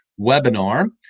webinar